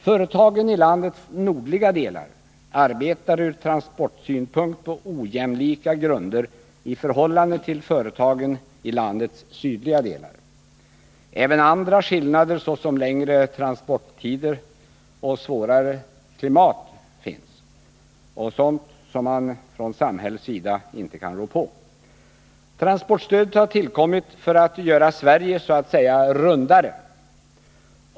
Företagen i landets nordliga delar arbetar från transportsynpunkt på ojämlika grunder i förhållande till företagen i landets sydliga delar. Även andra skillnader finns, såsom längre transporttider och svårare klimat — sådant som man från samhällets sida inte kan rå på. Transportstödet har tillkommit för att göra Sverige så att säga rundare.